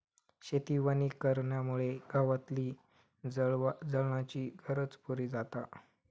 शेती वनीकरणामुळे गावातली जळणाची गरज पुरी जाता